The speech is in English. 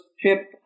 trip